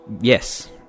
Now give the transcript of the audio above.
yes